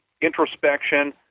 introspection